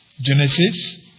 Genesis